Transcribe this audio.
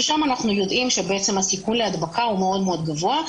ששם אנחנו יודעים שהסיכון להדבקה הוא מאוד מאוד גבוה.